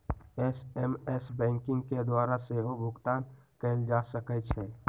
SMS banking के द्वारा सेहो भुगतान कएल जा सकै छै